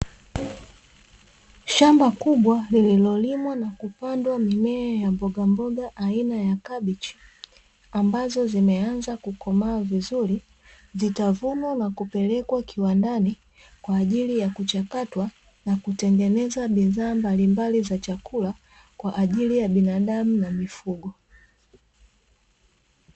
Shamba kubwa lililolimwa na kupandwa mimea ya mboga mboga aina ya kabichi, ambazo zimeanza kukomaa vizuri zitavunwa na kupelekwa kiwandani kwa ajili ya kuchakatwa na kutengenezwa na bidhaa mbalimbali za chakula kwa ajili ya binadamu na mifugo.